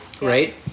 Right